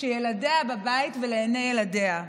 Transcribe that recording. כשילדיה בבית, לעיני ילדיה,